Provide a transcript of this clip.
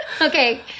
Okay